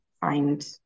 find